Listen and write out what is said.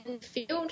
field